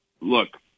Look